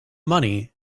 money